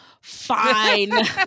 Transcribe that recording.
Fine